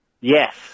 Yes